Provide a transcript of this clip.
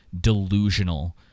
delusional